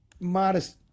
modest